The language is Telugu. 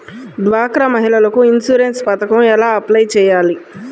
డ్వాక్రా మహిళలకు ఇన్సూరెన్స్ పథకం ఎలా అప్లై చెయ్యాలి?